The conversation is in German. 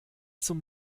zum